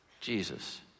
Jesus